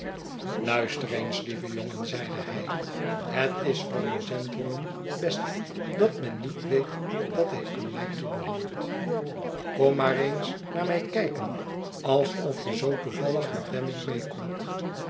luister eens lieve jongen zeide hij het is voor een gentleman best dat men niet weet dat hij aan mij toebehoort kom maar eens naar mij kijken alsof je zoo toevallig met wemmick meekomt